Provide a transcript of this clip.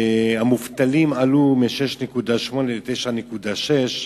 שיעור המובטלים עלה מ-6.8% ל-9.6%,